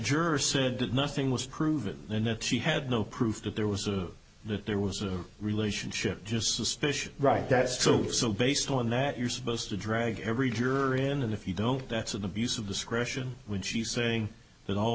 juror said that nothing was proven and that she had no proof that there was a that there was a relationship just suspicion right that's true so based on that you're supposed to drag every juror in and if you don't that's an abuse of discretion when she's saying that all